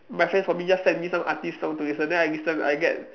my friends probably just send me some artiste songs to listen then I listen I get